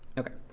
ok,